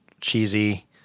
cheesy-